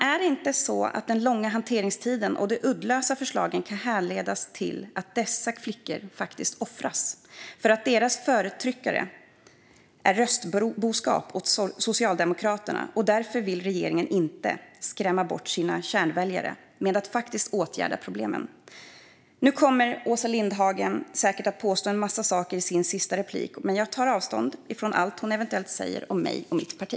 Är det inte så att den långa hanteringstiden och de uddlösa förslagen kan härledas till att dessa flickor offras eftersom deras förtryckare är röstboskap åt Socialdemokraterna och regeringen därför inte vill skrämma bort sina kärnväljare genom att åtgärda problemen? Nu kommer Åsa Lindhagen i sitt sista inlägg säkert att påstå en massa saker. Jag tar avstånd från allt hon eventuellt säger om mig och mitt parti.